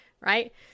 Right